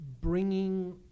bringing